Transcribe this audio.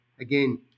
again